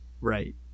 Right